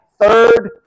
third